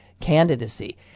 candidacy